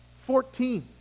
Fourteen